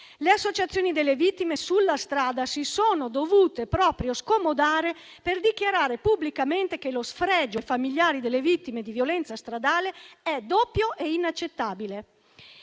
Le associazioni delle vittime sulla strada si sono dovute scomodare per dichiarare pubblicamente che lo sfregio ai familiari delle vittime di violenza stradale è doppio e inaccettabile.